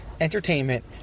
entertainment